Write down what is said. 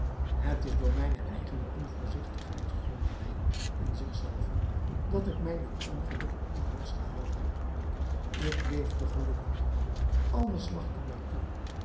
het is door mijne eigene onvoorzigtigheid gromde hij in zich zelven dat ik mij dit ongeluk op den hals gehaald heb ik leefde gelukkig alles lachte mij toe